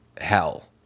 hell